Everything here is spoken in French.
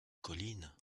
collines